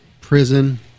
prison